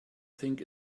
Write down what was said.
think